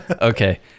okay